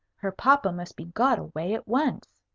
her papa must be got away at once.